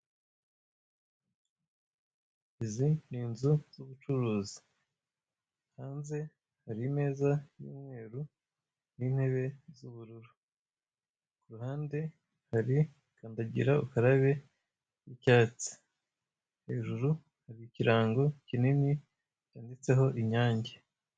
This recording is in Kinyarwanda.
Izi ni inzu z'ubucuruzi hanze hari imeza y'umweru n'intebe z'ubururu, ku ruhande hari kandagira ukarabe y'icyatsi, hejuru hari ikirango kinini cyanditseho inyange.